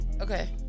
okay